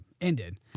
ended